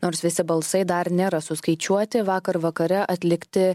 nors visi balsai dar nėra suskaičiuoti vakar vakare atlikti